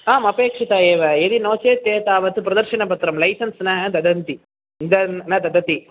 आम् अपेक्षिता एव यदि नो चेत् ते तावत् प्रदर्शनपत्रं लैसेन्स् न ददति न ददति